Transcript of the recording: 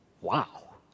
Wow